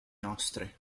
nostri